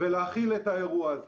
ולהחיל את האירוע הזה.